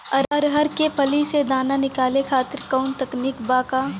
अरहर के फली से दाना निकाले खातिर कवन तकनीक बा का?